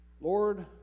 Lord